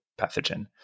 pathogen